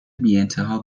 بیانتها